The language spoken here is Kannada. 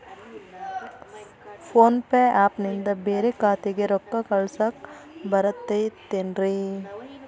ಫೋನ್ ಪೇ ಆ್ಯಪ್ ನಿಂದ ಬ್ಯಾರೆ ಖಾತೆಕ್ ರೊಕ್ಕಾ ಕಳಸಾಕ್ ಬರತೈತೇನ್ರೇ?